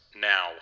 now